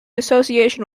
association